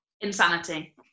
insanity